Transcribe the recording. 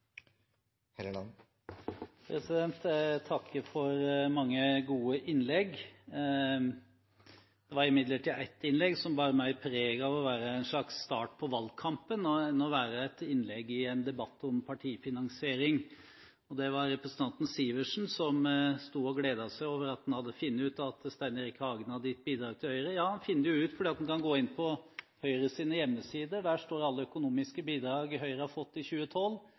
omme. Jeg takker for mange gode innlegg. Det var imidlertid ett innlegg som bar mer preg av å være en slags start på valgkampen enn å være et innlegg i en debatt om partifinansiering. Det var representanten Sivertsen som sto og gledet seg over at han hadde funnet ut at Stein Erik Hagen hadde gitt bidrag til Høyre. Ja, han finner det jo ut fordi han kan gå inn på Høyres hjemmesider – der står alle økonomiske bidrag Høyre har fått i 2012.